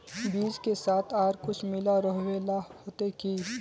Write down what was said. बीज के साथ आर कुछ मिला रोहबे ला होते की?